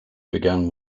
began